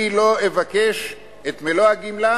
אני לא אבקש את מלוא הגמלה,